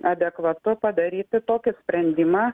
adekvatu padaryti tokį sprendimą